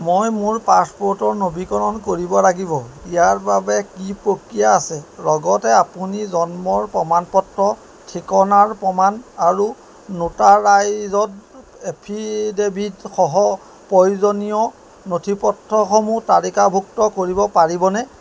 মই মোৰ পাছপোৰ্টৰ নৱীকৰণ কৰিব লাগিব ইয়াৰ বাবে কি প্ৰক্ৰিয়া আছে লগতে আপুনি জন্মৰ প্ৰমাণপত্ৰ ঠিকনাৰ প্ৰমাণ আৰু নোটাৰাইজড এফিডেভিট সহ প্ৰয়োজনীয় নথিপত্ৰসমূহ তালিকাভুক্ত কৰিব পাৰিবনে